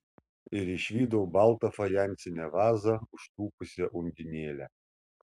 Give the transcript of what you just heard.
ir išvydau baltą fajansinę vazą užtūpusią undinėlę